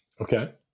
Okay